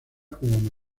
como